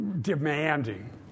demanding